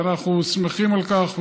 ואנחנו שמחים על כך,